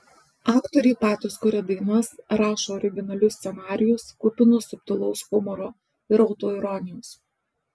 aktoriai patys kuria dainas rašo originalius scenarijus kupinus subtilaus humoro ir autoironijos